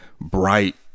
bright